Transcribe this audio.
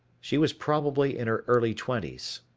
she was probably in her early twenties.